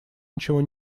ничего